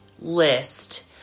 list